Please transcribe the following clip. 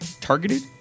targeted